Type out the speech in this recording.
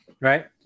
Right